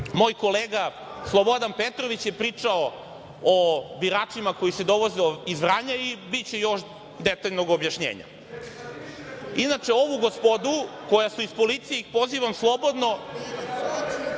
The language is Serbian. moj kolega Slobodan Petrović je pričao o biračima koji se dovoze iz Vranja, i biće još detaljnog objašnjenja. Inače, ovu gospodu koja su iz policije, pozivam slobodno